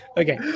okay